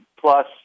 plus